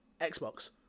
Xbox